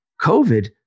COVID